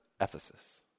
Ephesus